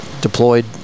deployed